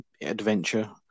adventure